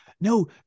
no